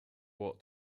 ought